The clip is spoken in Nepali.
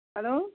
हेलो